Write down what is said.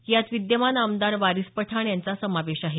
यात विद्यमान आमदार वारिस पठाण यांचा समावेश आहे